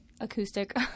Acoustic